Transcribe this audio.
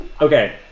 Okay